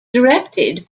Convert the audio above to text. directed